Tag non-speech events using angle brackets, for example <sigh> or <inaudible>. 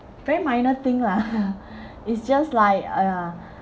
very minor thing lah <laughs> it's just like ya